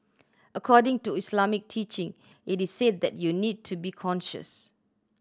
according to Islamic teaching it is said that you need to be conscious